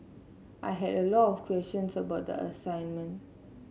I had a lot of questions about the assignment